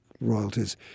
royalties